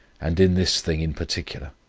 and in this thing in particular